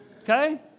okay